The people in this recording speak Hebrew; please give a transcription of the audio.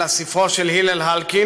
אלא ספרו של הלל הלקין,